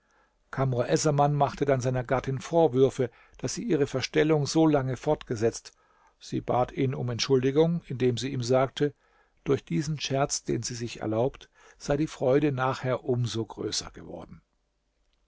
essaman machte dann seiner gattin vorwürfe daß sie ihre verstellung so lange fortgesetzt sie bat ihn um entschuldigung indem sie ihm sagte durch diesen scherz den sie sich erlaubt sei die freude nachher um so größer geworden